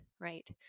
right